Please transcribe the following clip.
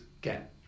get